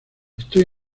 estoy